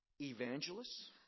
evangelists